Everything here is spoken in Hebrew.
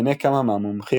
בעיני כמה מהמומחים,